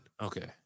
Okay